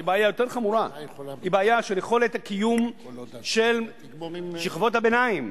היא בעיה הרבה יותר חמורה: היא בעיה של יכולת הקיום של שכבות הביניים,